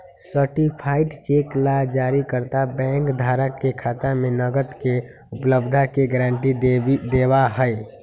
certified cheque ला जारीकर्ता bank धारक के खाता में नकद के उपलब्धता के गारंटी देवा हई